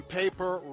paper